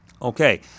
Okay